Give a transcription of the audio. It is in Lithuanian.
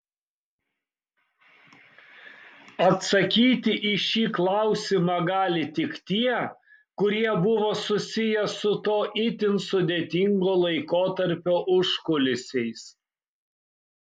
atsakyti į šį klausimą gali tik tie kurie buvo susiję su to itin sudėtingo laikotarpio užkulisiais